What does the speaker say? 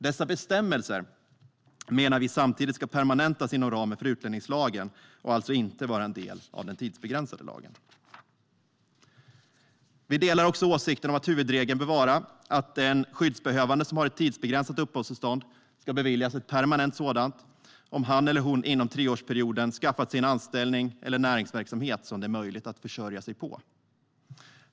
Dessa bestämmelser menar vi samtidigt ska permanentas inom ramen för utlänningslagen och alltså inte vara en del av den tidsbegränsade lagen. Vi delar också åsikten om att huvudregeln bör vara att en skyddsbehövande som har ett tidsbegränsat uppehållstillstånd ska beviljas ett permanent sådant om han eller hon inom treårsperioden skaffat sig en anställning eller näringsverksamhet som det är möjligt att försörja sig på.